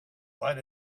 lead